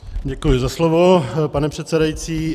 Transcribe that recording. Děkuji za slovo, pane předsedající.